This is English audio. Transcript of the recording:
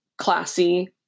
classy